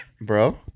Bro